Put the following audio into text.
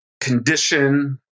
condition